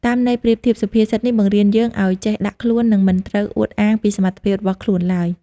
តាមន័យប្រៀបធៀប សុភាសិតនេះបង្រៀនយើងឱ្យចេះដាក់ខ្លួន និងមិនត្រូវអួតអាងពីសមត្ថភាពរបស់ខ្លួនឡើយ។